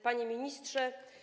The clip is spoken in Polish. Panie Ministrze!